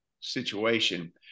situation